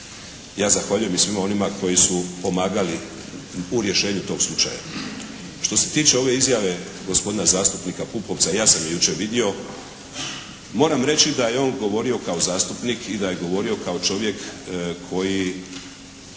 Ja zahvaljujem i svima onima koji su pomagali u rješenju tog slučaja. Što se tiče ove izjave gospodina zastupnika Pupovca ja sam je jučer vidio. Moram reći da je on govorio kao zastupnik i da je govorio kao čovjek koji